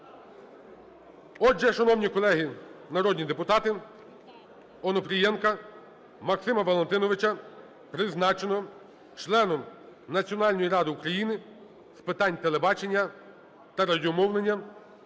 Отже, шановні колеги народні депутати, Онопрієнка Максима Валентиновича призначено членом Національної ради України з питань телебачення та радіомовлення.